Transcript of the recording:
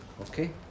Okay